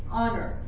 honor